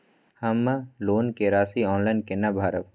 हम लोन के राशि ऑनलाइन केना भरब?